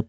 បៗ។